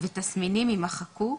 "תסמינים" יימחקו.